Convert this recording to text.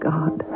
God